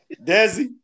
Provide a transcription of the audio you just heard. Desi